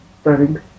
Starting